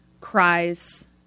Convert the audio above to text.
cries